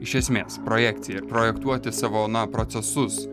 iš esmės projekcija ir projektuoti savo na procesus